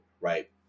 right